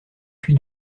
puy